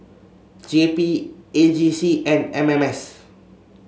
J P A J C and M M S